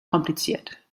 kompliziert